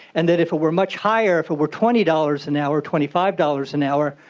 and that if it were much higher, if it were twenty dollars an hour, twenty five dollars an hour,